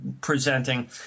presenting